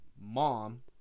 mom